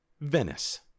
Venice